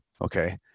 okay